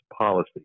policy